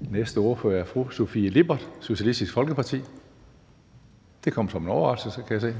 Næste ordfører er fru Sofie Lippert, Socialistisk Folkeparti. Det kom som en overraskelse, kan jeg se.